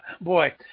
boy